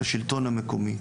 לשלטון המקומי.